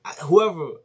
whoever